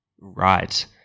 Right